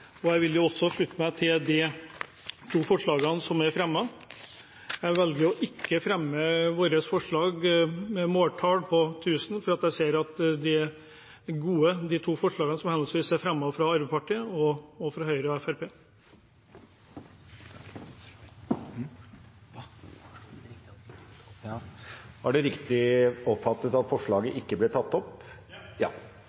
forslaget. Jeg vil også slutte meg til komiteens innstilling til I og II. Jeg velger å ikke fremme vårt forslag om måltall på 1 000, fordi jeg ser dette er gode forslag. Var det riktig oppfattet at Venstres forslag ikke ble tatt opp? Ja!